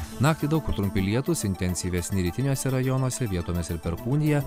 naktį daug kur trumpi lietūs intensyvesni rytiniuose rajonuose vietomis ir perkūnija